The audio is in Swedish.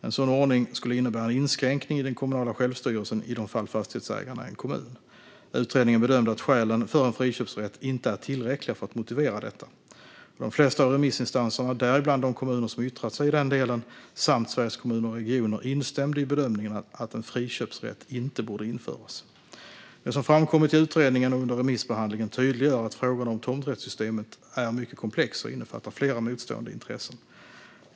En sådan ordning skulle innebära en inskränkning i den kommunala självstyrelsen i de fall fastighetsägaren är en kommun. Utredningen bedömde att skälen för en friköpsrätt inte är tillräckliga för att motivera detta. De flesta av remissinstanserna, däribland de kommuner som yttrat sig i den delen samt Sveriges Kommuner och Regioner, instämde i bedömningen att en friköpsrätt inte borde införas. Det som framkommit i utredningen och under remissbehandlingen tydliggör att frågorna om tomträttssystemet är mycket komplexa och innefattar flera motstående intressen.